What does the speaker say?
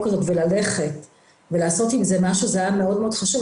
כזאת ולעשות עם זה משהו זה היה מאוד-מאוד חשוב.